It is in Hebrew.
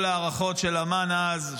כל ההערכות של אמ"ן אז,